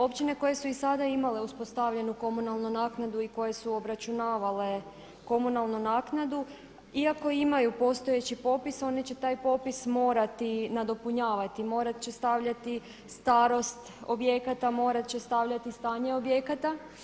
Općine koje su i sada imale uspostavljenu komunalnu naknadu i koje su obračunavale komunalnu naknadu iako imaju postojeći popis one će taj popis morati nadopunjavati, morat će stavljati starost objekat, morat će stavljati stanje objekata.